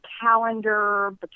calendar